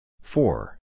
Four